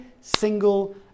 single